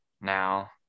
now